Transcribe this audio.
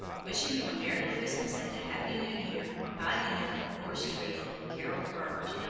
wishing you a merry christmas and a happy new year, i am, yours truly, carol bird.